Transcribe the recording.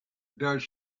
does